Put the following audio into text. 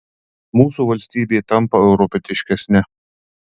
mūsų valstybė tampa europietiškesne